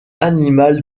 animal